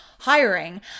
hiring